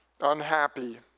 Unhappy